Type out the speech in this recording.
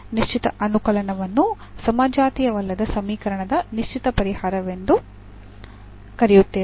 ನಿಶ್ಚಿತ ಅನುಕಲನವನ್ನು ಸಮಜಾತೀಯವಲ್ಲದ ಸಮೀಕರಣದ ನಿಶ್ಚಿತ ಪರಿಹಾರವೆಂದು ಕರೆಯುತ್ತೇವೆ